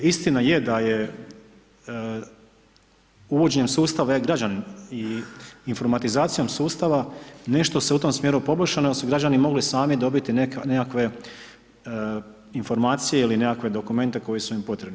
Istina je da je uvođenjem sustava e-građani i informatizacijom sustava nešto se u tom smjeru poboljšalo jer su građani mogli sami dobiti nekakve informacije ili nekakve dokumente koji su im potrebni.